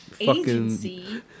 Agency